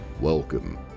Welcome